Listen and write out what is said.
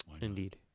Indeed